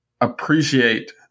appreciate